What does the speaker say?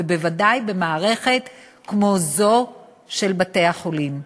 ובוודאי במערכת כמו זו של בתי-החולים.